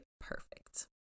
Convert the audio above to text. perfect